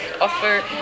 offer